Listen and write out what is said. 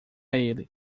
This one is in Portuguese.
ele